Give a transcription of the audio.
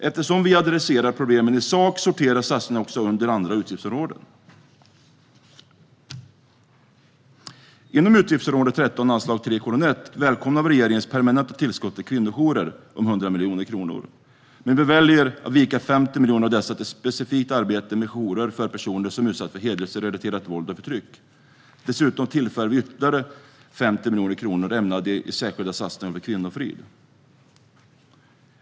Eftersom vi adresserar problemen i sak sorterar satsningarna också under andra utgiftsområden. Inom utgiftsområde 13 anslag 3:1 välkomnar vi regeringens permanentade tillskott till kvinnojourer om 100 miljoner kronor, men vi väljer att vika 50 miljoner av dessa till specifikt arbete med jourer för personer som utsatts för hedersrelaterat våld och förtryck. Dessutom tillför vi anslaget ytterligare 50 miljoner kronor ämnade åt särskilda satsningar för kvinnofrid.